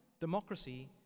democracy